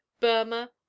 Burma